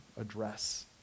address